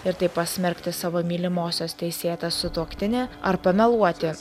ir taip pasmerkti savo mylimosios teisėtą sutuoktinį ar pameluoti